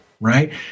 right